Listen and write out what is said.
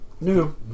no